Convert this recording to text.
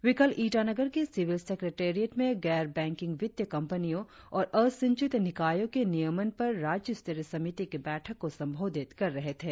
वे कल ईटानगर के civil secretariat में गैर बैंकिंग वित्तीय कंपनियों और असिंचित निकायों के नियमन पर राज्य स्तरीय समिति की बैठक को संबोधित कर रहे थे